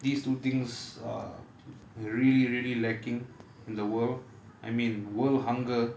these two things are really really lacking in the world I mean world hunger